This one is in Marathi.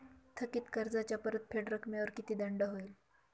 थकीत कर्जाच्या परतफेड रकमेवर किती दंड होईल?